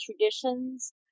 traditions